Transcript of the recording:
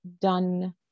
done